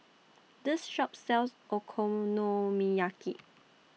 This Shop sells Okonomiyaki